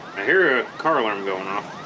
i hear a car alarm going off